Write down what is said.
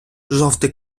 жовтий